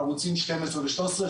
ערוצים 12 ו-13,